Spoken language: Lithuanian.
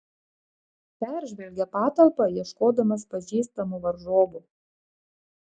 peržvelgė patalpą ieškodamas pažįstamų varžovų